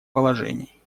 положений